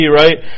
right